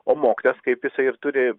o mokytojas kaip jisai ir turi